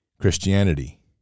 Christianity